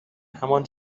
همان